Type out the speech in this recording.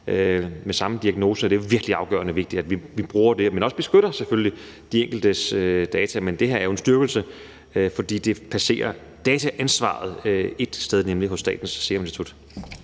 med samme diagnose. Det er virkelig afgørende vigtigt, at vi bruger det, men selvfølgelig også beskytter de enkeltes data. Men det her er jo en styrkelse, fordi det placerer dataansvaret ét sted, nemlig hos Statens Serum Institut.